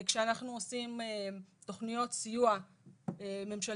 כשאנחנו עושים תוכניות סיוע ממשלתיות,